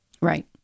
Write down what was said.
Right